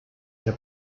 der